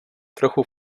trochu